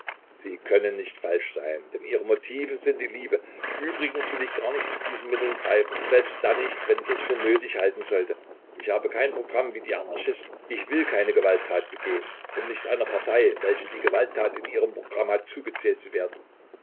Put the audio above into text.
sie können nicht falsch sein denn ihre motive sind die liebe übrigens will ich gar nicht zu diesen mitteln greifen selbst dann nicht wenn ich es für nötig halten sollte ich habe kein programm wie die anarchisten ich will keine gewalttat begehen um nicht einer partei welche die gewalttat in ihrem programm hat zugezählt zu werden